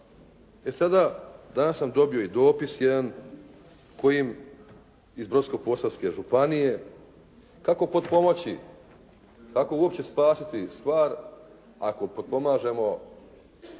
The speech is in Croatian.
E sada, danas sam dobio i dopis jedan kojim iz Brodsko-posavske županije kako potpomoći, kako uopće spasiti stvar ako potpomažemo